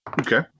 Okay